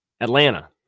Atlanta